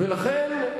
לכן,